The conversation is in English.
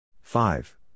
Five